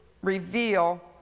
reveal